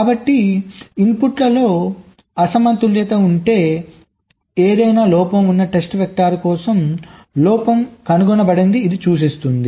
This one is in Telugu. కాబట్టి అవుట్పుట్లో అసమతుల్యత ఉంటే ఏదైనా లోపం ఉన్న టెస్ట్ వెక్టర్ కోసం లోపం కనుగొనబడిందని ఇది సూచిస్తుంది